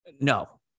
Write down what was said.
no